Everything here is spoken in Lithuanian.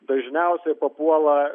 dažniausiai papuola